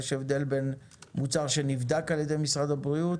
יש הבדל בין מוצר שנבדק על ידי משרד הבריאות